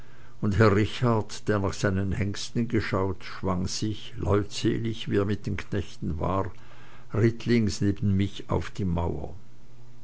und herr richard der nach seinen hengsten geschaut schwang sich leutselig wie er mit den knechten war rittlings neben mich auf die mauer